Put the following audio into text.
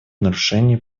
нарушений